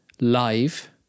live